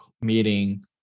meeting